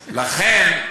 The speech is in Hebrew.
לכן,